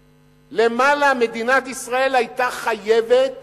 למעלה, מדינת ישראל היתה חייבת